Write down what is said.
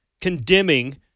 condemning